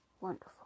Wonderful